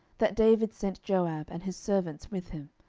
that david sent joab, and his servants with him,